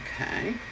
Okay